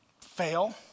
fail